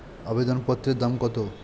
আবেদন পত্রের দাম কত?